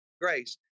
grace